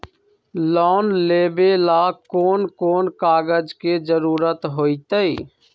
Loan लेवेला कौन कौन कागज के जरूरत होतई?